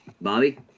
Bobby